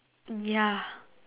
ya